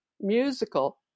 musical